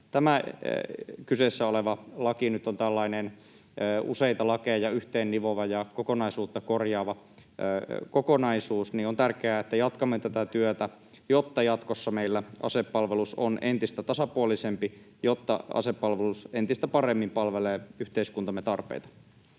tämä kyseessä oleva laki nyt on tällainen useita lakeja yhteen nivova ja kokonaisuutta korjaava kokonaisuus, niin on tärkeää, että jatkamme tätä työtä, jotta jatkossa meillä asepalvelus on entistä tasapuolisempi ja jotta asepalvelus entistä paremmin palvelee yhteiskuntamme tarpeita.